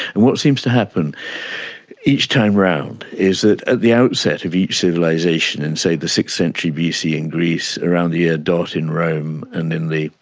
and what seems to happen each time around is at the outset of each civilisation and, say, the sixth century bc in greece, around the year dot in rome and in the,